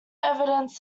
evidence